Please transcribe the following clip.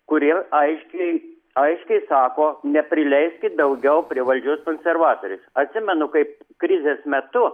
kurie aiškiai aiškiai sako neprileiskit daugiau prie valdžios konservatorius atsimenu kaip krizės metu